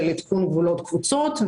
של עדכון גבולות קבוצות.